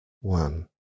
One